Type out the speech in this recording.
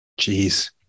Jeez